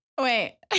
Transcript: Wait